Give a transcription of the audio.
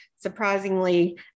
surprisingly